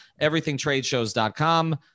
everythingtradeshows.com